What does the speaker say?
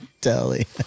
deli